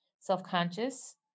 self-conscious